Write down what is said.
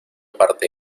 parte